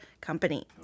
company